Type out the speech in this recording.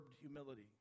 humility